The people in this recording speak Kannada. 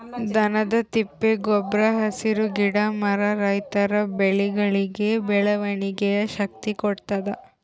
ದನದ ತಿಪ್ಪೆ ಗೊಬ್ರ ಹಸಿರು ಗಿಡ ಮರ ರೈತರ ಬೆಳೆಗಳಿಗೆ ಬೆಳವಣಿಗೆಯ ಶಕ್ತಿ ಕೊಡ್ತಾದ